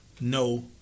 no